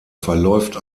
verläuft